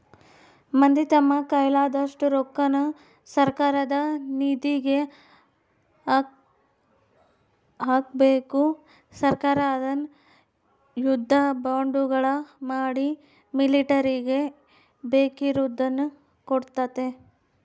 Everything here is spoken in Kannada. ಮಂದಿ ತಮ್ಮ ಕೈಲಾದಷ್ಟು ರೊಕ್ಕನ ಸರ್ಕಾರದ ನಿಧಿಗೆ ಹಾಕಬೇಕು ಸರ್ಕಾರ ಅದ್ನ ಯುದ್ಧ ಬಾಂಡುಗಳ ಮಾಡಿ ಮಿಲಿಟರಿಗೆ ಬೇಕಿರುದ್ನ ಕೊಡ್ತತೆ